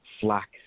flax